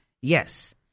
yes